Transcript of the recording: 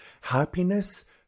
Happiness